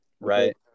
right